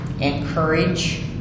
encourage